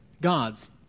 gods